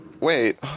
wait